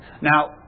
Now